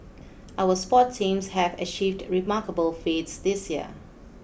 our sports teams have achieved remarkable feats this year